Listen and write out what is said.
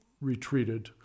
retreated